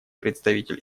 представитель